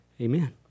Amen